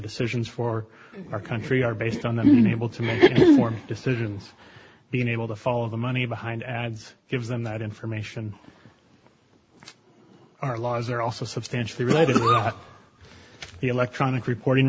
decisions for our country are based on the table to make decisions being able to follow the money behind ads gives them that information our laws are also substantially related to the electronic reporting